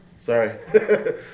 Sorry